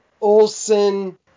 Olson